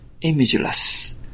imageless